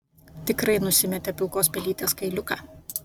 tikrai nusimetė pilkos pelytės kailiuką